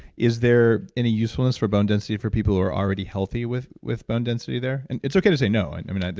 is there any usefulness for bone density for people who are already healthy with with bone density there? and it's it's okay to say no. and i mean,